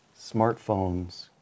smartphones